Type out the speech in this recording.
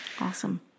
Awesome